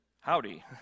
howdy